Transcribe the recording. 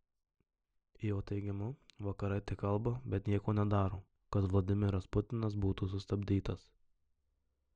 jo teigimu vakarai tik kalba bet nieko nedaro kad vladimiras putinas būtų sustabdytas